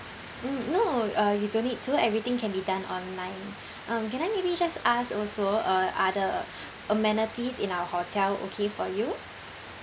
mm no uh you don't need to everything can be done online um can I maybe just ask also uh are the amenities in our hotel okay for you